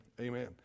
amen